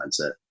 mindset